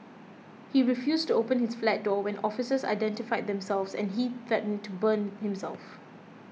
he refused to open his flat door when officers identified themselves and he threatened to burn himself